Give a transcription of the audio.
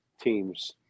teams